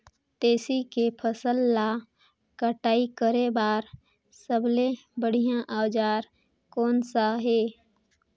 तेसी के फसल ला कटाई करे बार सबले बढ़िया औजार कोन सा हे?